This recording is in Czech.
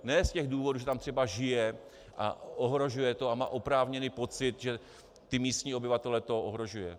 Ne z těch důvodů, že tam třeba žije a ohrožuje ho to a má oprávněný pocit, že místní obyvatele to ohrožuje.